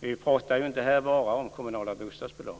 Vi talar här inte bara om kommunala bostadsbolag.